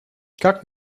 как